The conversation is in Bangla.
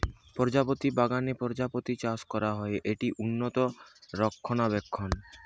প্রজাপতি বাগানে প্রজাপতি চাষ করা হয়, এটি উন্নত রক্ষণাবেক্ষণ